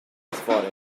fory